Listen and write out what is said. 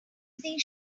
these